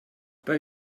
bei